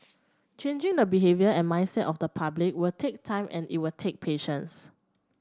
changing the behaviour and mindset of the public will take time and it will take patience